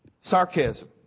Sarcasm